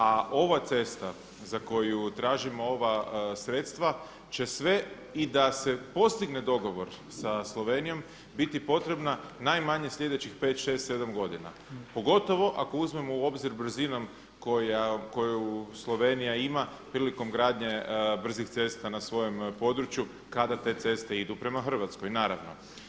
A ova cesta za koju tražimo ova sredstva će sve i da se postigne dogovor sa Slovenijom biti potrebna najmanje slijedećih 5, 6, 7 godina pogotovo ako uzmemo u obzir brzinom koju Slovenija ima prilikom gradnje brzih cesta na svojem području kada te ceste idu prema Hrvatskoj naravno.